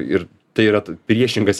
ir tai yra priešingas